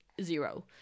zero